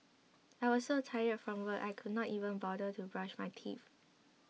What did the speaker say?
I was so tired from work I could not even bother to brush my teeth